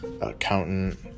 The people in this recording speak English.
accountant